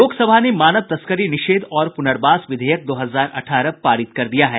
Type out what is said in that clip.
लोकसभा ने मानव तस्करी निषेध और पुनर्वास विधेयक दो हजार अठारह पारित कर दिया है